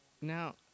Now